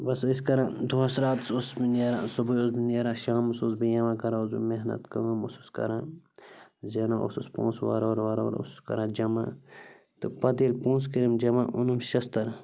بَس ٲسۍ کران دۄہَس راتَس اوسُس بہٕ نیران صُبحٲے اوسُس بہٕ نیران شامَس اوسُس بہٕ یِوان کران اوسُس بہٕ محنت کٲم اوسُس کران زینان اوسُس پونٛسہٕ وارٕ وارٕ وارٕ وارٕ اوسُس کران جَمع تہٕ پَتہٕ ییٚلہِ پونٛسہٕ کٔرِم جَمع اوٚنُم شِستٕر